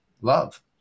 love